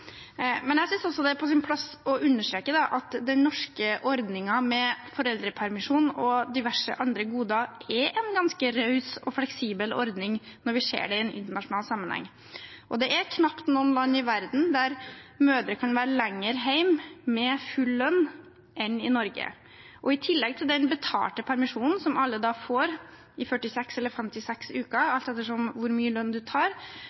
Men jeg synes også det er på sin plass å understreke at den norske ordningen med foreldrepermisjon og diverse andre goder er en ganske raus og fleksibel ordning, når man ser det i en internasjonal sammenheng. Det er knapt noe land i verden der mødre kan være lenger hjemme med full lønn som i Norge. I tillegg til den betalte permisjonen som alle får i 46 eller 56 uker, alt etter hvor mye lønn man tar